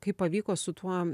kaip pavyko su tuo